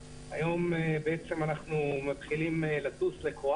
ואנחנו עוד לא הספקנו לעדכן אותה באתר.